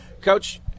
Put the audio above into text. Coach